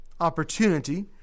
opportunity